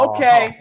Okay